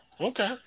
Okay